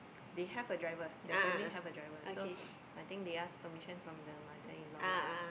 they have a driver the family have a driver so I think they ask permission from the mother in law lah